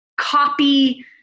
copy